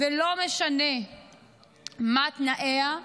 ולא משנה מה תנאיה,